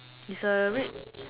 is a red